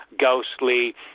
ghostly